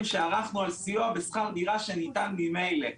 שערכנו על סיוע בשכר דירה שניתן ממילא.